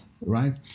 right